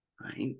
right